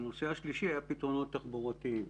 והנושא השלישי היה פתרונות תחבורתיים.